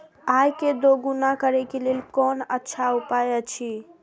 आय के दोगुणा करे के लेल कोन अच्छा उपाय अछि?